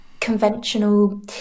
conventional